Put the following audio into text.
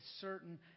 certain